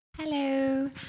Hello